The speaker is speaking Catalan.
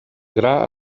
gra